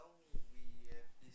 we have this